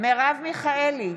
מרב מיכאלי,